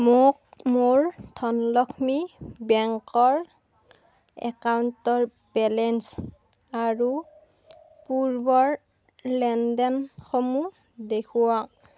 মোক মোৰ ধনলক্ষ্মী বেংকৰ একাউণ্টৰ বেলেঞ্চ আৰু পূৰ্বৰ লেনদেনসমূহ দেখুৱাওক